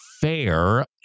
fair